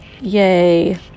Yay